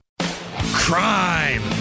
Crime